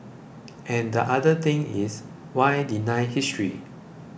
and the other thing is why deny history